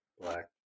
Black